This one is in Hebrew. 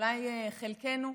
אולי חלקנו,